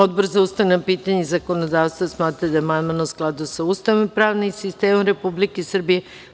Odbor za ustavna pitanja i zakonodavstvo smatra da je amandman u skladu sa Ustavom i pravnim sistemom Republike Srbije.